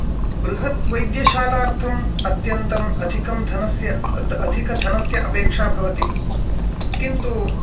बृहत् वैद्यशालार्थम् अत्यन्तम् अधिकं धनस्य अधिकधनस्य अपेक्षा अस्ति किन्तु